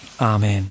Amen